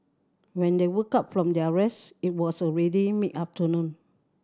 when they woke up from their rest it was already mid afternoon